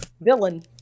villain